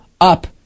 up